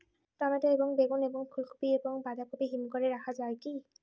Tomato এবং বেগুন এবং ফুলকপি এবং বাঁধাকপি হিমঘরে রাখা যায় কি?